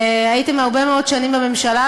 הייתם הרבה מאוד שנים בממשלה,